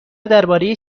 درباره